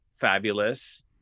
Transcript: fabulous